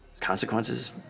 Consequences